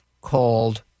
called